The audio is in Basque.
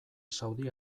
saudi